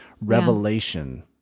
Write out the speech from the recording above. revelation